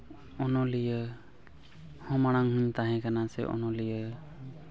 ᱚᱱᱚᱞᱤᱭᱟᱹ ᱦᱚᱸ ᱢᱟᱲᱟᱝ ᱤᱧ ᱛᱟᱦᱮᱸ ᱠᱟᱱᱟ ᱥᱮ ᱚᱱᱚᱞᱤᱭᱟᱹ